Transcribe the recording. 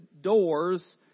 doors